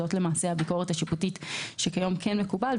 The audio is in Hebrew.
זאת למעשה הביקורת השיפוטית שמקובלת היום,